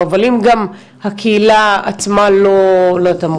אבל אם גם הקהילה עצמה לא תמכה,